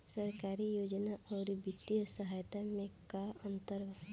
सरकारी योजना आउर वित्तीय सहायता के में का अंतर बा?